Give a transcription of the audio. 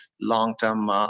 long-term